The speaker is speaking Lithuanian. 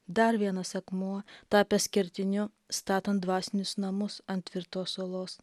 dar vienas akmuo tapęs kertiniu statant dvasinius namus ant tvirtos uolos